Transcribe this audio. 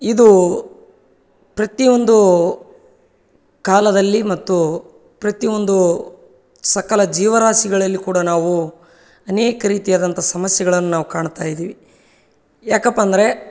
ಇದು ಪ್ರತಿಯೊಂದು ಕಾಲದಲ್ಲಿ ಮತ್ತು ಪ್ರತಿಯೊಂದು ಸಕಲ ಜೀವರಾಶಿಗಳಲ್ಲಿ ಕೂಡ ನಾವು ಅನೇಕ ರೀತಿಯಾದಂಥ ಸಮಸ್ಯೆಗಳನ್ನ ನಾವು ಕಾಣ್ತಾ ಇದ್ದೀವಿ ಯಾಕಪ್ಪ ಅಂದರೆ